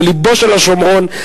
בלבו של השומרון,